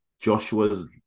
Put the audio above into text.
Joshua's